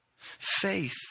faith